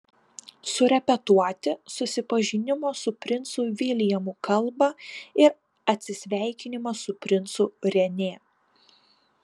surepetuoti susipažinimo su princu viljamu kalbą ir atsisveikinimą su princu renė